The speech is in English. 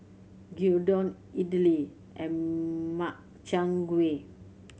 Gyudon Idili and Makchang Gui